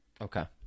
Okay